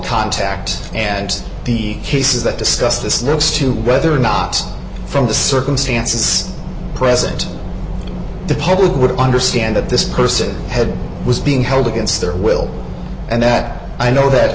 contact and the cases that discuss this notice to whether or not from the circumstances present the public would understand that this person had was being held against their will and that i know that